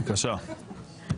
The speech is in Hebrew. בבקשה.